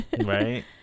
right